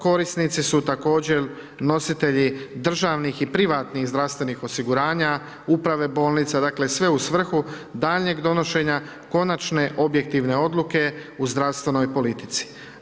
Korisnici su također nositelji državnih i privatnih zdravstvenih osiguranja, uprave bolnica, dakle sve u svrhu daljnjeg donošenja konačne objektivne odluke u zdravstvenoj politici.